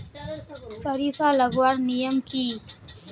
सरिसा लगवार नियम की?